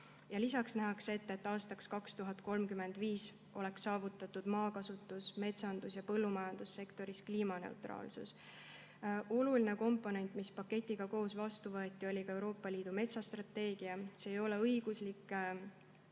Lisaks nähakse ette, et aastaks 2035 tuleks saavutada maakasutus‑, metsandus‑ ja põllumajandussektoris kliimaneutraalsus. Oluline komponent, mis paketiga koos vastu võeti, oli ka Euroopa Liidu metsastrateegia. See ei ole õiguslikult